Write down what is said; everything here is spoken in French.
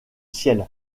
ciel